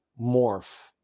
morph